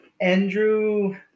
Andrew